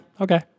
okay